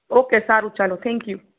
okay સારું ચાલ thank you